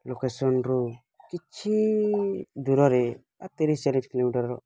ଲୋକେସନ୍ରୁ କିଛି ଦୂରରେ ତିରିଶ ଚାଳିଶ କିଲୋମିଟର୍ର